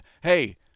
hey